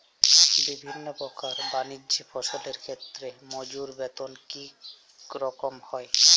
বিভিন্ন প্রকার বানিজ্য ফসলের ক্ষেত্রে মজুর বেতন কী রকম হয়?